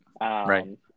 Right